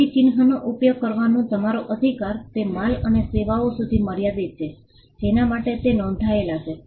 તેથી ચિહ્નનો ઉપયોગ કરવાનો તમારો અધિકાર તે માલ અને સેવાઓ સુધી મર્યાદિત છે જેના માટે તે નોંધાયેલ છે